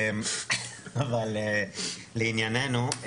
אבל לענייננו,